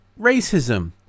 racism